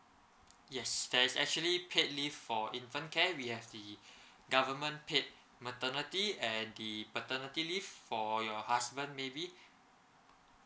yes there is actually paid leave for infant care we have the government paid maternity and the paternity leave for your husband maybe